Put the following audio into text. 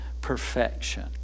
perfection